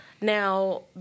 Now